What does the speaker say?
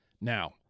Now